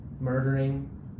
murdering